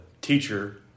teacher